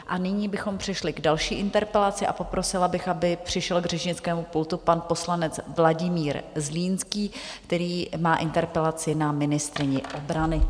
A nyní bychom přešli k další interpelaci a poprosila bych, aby přišel k řečnickému pultu pan poslanec Vladimír Zlínský, který má interpelaci na ministryni obrany.